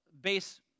base